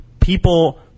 People